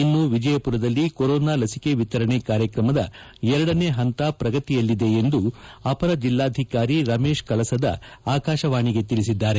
ಇನ್ನು ವಿಜಯಪುರದಲ್ಲಿ ಕೋರೋನಾ ಲಸಿಕೆ ವಿತರಣೆ ಕಾರ್ಯಕ್ರಮದ ಎರಡನೇ ಹಂತ ಪ್ರಗತಿಯಲ್ಲಿದೆ ಎಂದು ಅಪರ ಜಿಲ್ಲಾಧಿಕಾರಿ ರಮೆಶ್ ಕಳಸದ ಆಕಾಶವಾಣಿಗೆ ತಿಳಿಸಿದ್ದಾರೆ